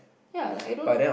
ya like I don't like